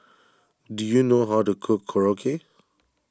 do you know how to cook Korokke